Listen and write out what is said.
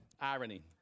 Irony